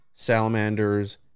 salamanders